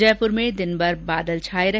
जयपुर में दिनभर बादल छाए रहे